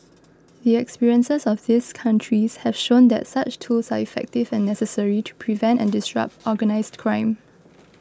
the experiences of these countries have shown that such tools are effective and necessary to prevent and disrupt organised crime